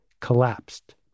collapsed